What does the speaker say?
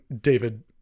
David